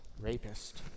rapist